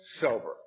sober